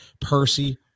Percy